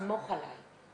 לסמוך עלי.